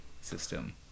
system